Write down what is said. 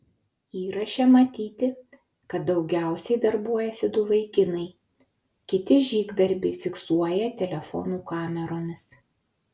įraše matyti kad daugiausiai darbuojasi du vaikinai kiti žygdarbį fiksuoja telefonų kameromis